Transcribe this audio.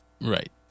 Right